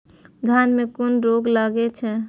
धान में कुन रोग लागे छै?